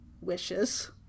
wishes